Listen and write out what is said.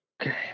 Okay